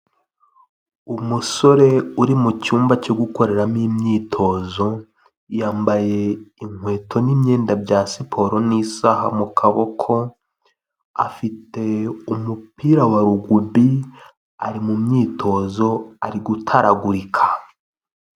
Umusore uri mu cyumba cyo gukoreramo imyitozo, yambaye inkweto n'imyenda bya siporo ni'isaha mu kaboko, afite umupira wa rugubi ari mu myitozo ari gutaragurika.